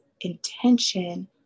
intention